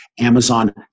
Amazon